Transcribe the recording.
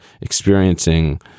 experiencing